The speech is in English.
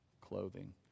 clothing